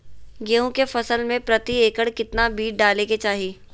गेहूं के फसल में प्रति एकड़ कितना बीज डाले के चाहि?